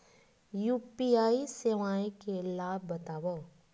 UPI सेवाएं के लाभ बतावव?